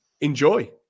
Enjoy